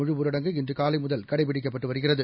முழுஊரடங்கு இன்றுகாலைமுதல் கடைபிடிக்கப்பட்டுவருகிறது